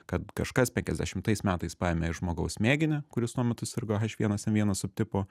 kad kažkas penkiasdešimtais metais paėmė iš žmogaus mėginį kuris tuo metu sirgo h vienas n vienas subtipu